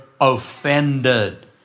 offended